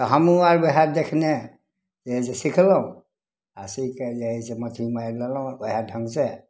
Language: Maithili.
आ हमहुँ आर वएह देखने जे छै सिखलहुॅं आ सीख कऽ जे हइ से मछली मारि लेलहुॅं ओहि ढङ्ग से